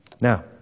Now